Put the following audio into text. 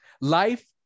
life